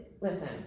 Listen